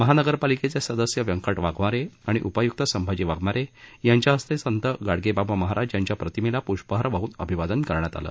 महानगरपालिकेचे सदस्य व्यंकट वाघमारे आणि उपायुक्त संभाजी वाघमारे यांच्या हस्ते संत गाडगे बाबा महाराज यांच्या प्रतिमेस पुष्पहार वाहून अभिवादन करण्यात आलं